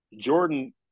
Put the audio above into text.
Jordan